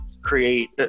create